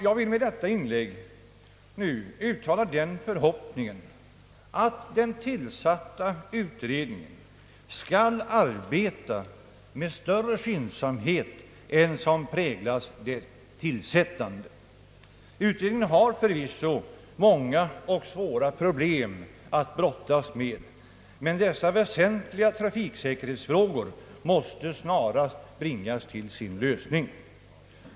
Jag vill med detta inlägg nu uttala den förhoppningen att den tillsatta utredningen skall arbeta med större skyndsamhet än som präglat dess tillsättande. Utredningen har förvisso många och svåra problem att brottas med, men dessa väsentliga trafiksäkerhetsfrågor måste snarast bringas till sin lösning.